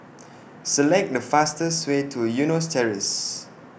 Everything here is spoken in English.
Select The fastest Way to Eunos Terrace